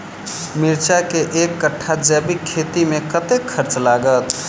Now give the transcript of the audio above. मिर्चा केँ एक कट्ठा जैविक खेती मे कतेक खर्च लागत?